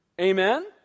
Amen